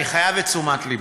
אני חייב את תשומת לבו.